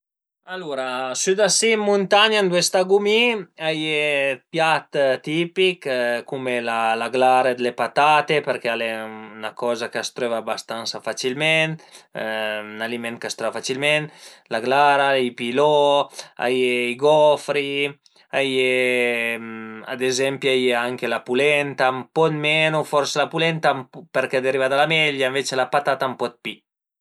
Alura sü da si ën muntagna ëndua stagu mi a ie dë piat tipich cume la glara d'le patate përché al e 'na coza ch'a s'tröva bastansa facilment, ün aliment ch'a s'tröva facilment, la glara, i pilò, a ie i gofri a ie, ad ezempi, a ie anche la pulenta, ën po dë menu forsi la pulenta përché ariva da la melia, ënvece la patata ën po dë pi